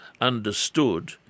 understood